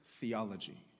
theology